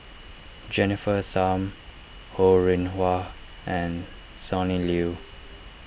Jennifer Tham Ho Rih Hwa and Sonny Liew